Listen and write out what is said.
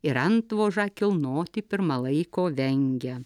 ir antvožą kilnoti pirma laiko vengia